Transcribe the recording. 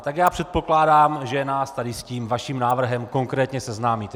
Tak já předpokládám, že nás tady s tím vaším návrhem konkrétně seznámíte.